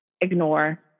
ignore